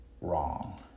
wrong